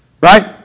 Right